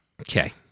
Okay